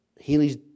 Healy's